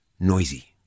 noisy